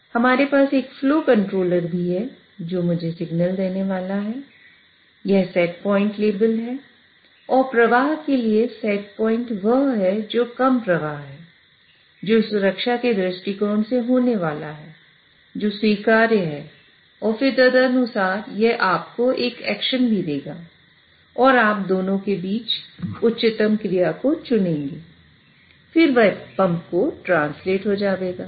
यह set point level है और प्रवाह के लिए सेट पॉइंट वह है जो कम प्रवाह है जो सुरक्षा के दृष्टिकोण से होने वाला है जो स्वीकार्य है और फिर तदनुसार यह आपको एक एक्शन भी देगा और आप दोनों के बीच उच्चतम क्रिया को चुनेंगे और फिर वह पंप के लिए ट्रांसलेट हो जावेगा